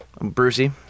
Brucey